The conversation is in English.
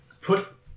put